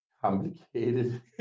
complicated